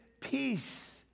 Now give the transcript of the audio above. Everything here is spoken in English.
peace